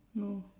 no